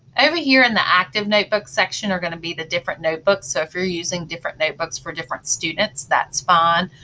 over here, in the active notebook section are going to be the different notebooks, so if you're using different notebooks for different students, that's fine,